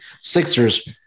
Sixers